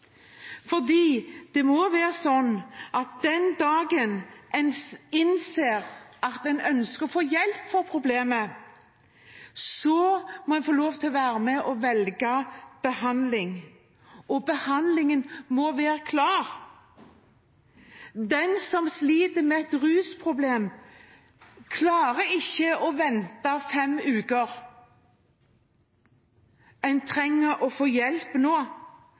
Det må være sånn at den dagen en innser at en ønsker å få hjelp med problemet, må en få lov til å være med og velge behandling – og behandlingen må være klar. Den som sliter med et rusproblem, klarer ikke å vente i fem uker. En trenger hjelp nå.